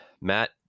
Matt